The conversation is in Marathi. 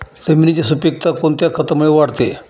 जमिनीची सुपिकता कोणत्या खतामुळे वाढते?